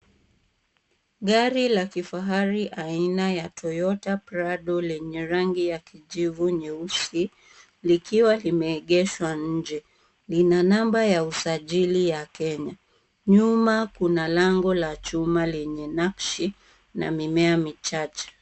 Gari la kifahari aina ya Toyota Prado lenye rangi ya kijivu nyeusi, likiwa limeegeshwa nje. Lina namba ya usajili ya Kenya. Nyuma kuna lango la chuma lenye nakshi na mimea michache.